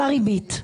על הריבית.